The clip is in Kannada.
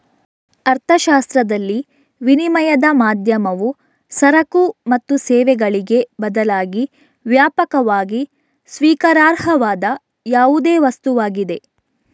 ಅರ್ಥಶಾಸ್ತ್ರದಲ್ಲಿ, ವಿನಿಮಯದ ಮಾಧ್ಯಮವು ಸರಕು ಮತ್ತು ಸೇವೆಗಳಿಗೆ ಬದಲಾಗಿ ವ್ಯಾಪಕವಾಗಿ ಸ್ವೀಕಾರಾರ್ಹವಾದ ಯಾವುದೇ ವಸ್ತುವಾಗಿದೆ